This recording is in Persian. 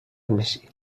میشی